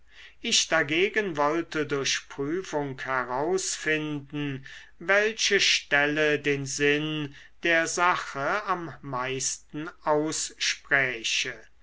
ich dagegen wollte durch prüfung herausfinden welche stelle den sinn der sache am meisten ausspräche